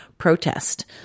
Protest